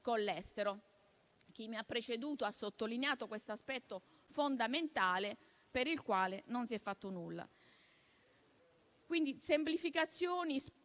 Chi mi ha preceduto ha sottolineato questo aspetto fondamentale per il quale non si è fatto nulla.